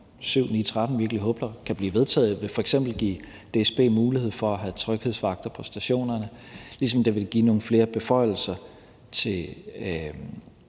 virkelig håber kan blive vedtaget, vil f.eks. give DSB mulighed for at have tryghedsvagter på stationerne, ligesom det vil give nogle flere beføjelser til